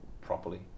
properly